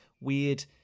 weird